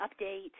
update